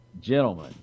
gentlemen